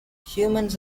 humans